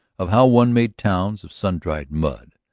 of how one made towns of sun-dried mud,